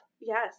Yes